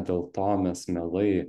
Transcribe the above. dėl to mes mielai